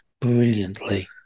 brilliantly